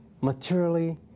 materially